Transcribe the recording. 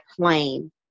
plane